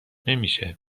نمیشه